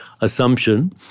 assumption